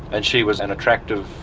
and she was an attractive,